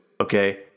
Okay